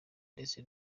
ndetse